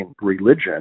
religion